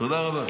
תודה רבה.